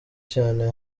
cyane